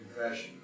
confession